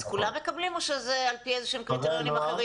אז כולם מקבלים או שזה על פי איזה שהם קריטריונים אחרים,